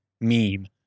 meme